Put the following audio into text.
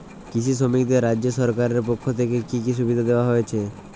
কৃষি শ্রমিকদের রাজ্য সরকারের পক্ষ থেকে কি কি সুবিধা দেওয়া হয়েছে?